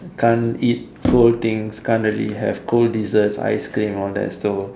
can't eat colds things can't really have cold desserts ice cream all that so